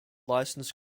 license